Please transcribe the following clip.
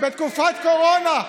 בתקופת קורונה,